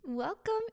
Welcome